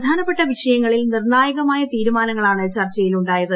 പ്രധാനപ്പെട്ട വിഷയങ്ങളിൽ നിർണ്ണായകമായ തീരുമാനങ്ങളാണ് ചർച്ചയിൽ ഉണ്ടായത്